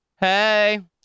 Hey